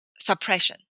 suppression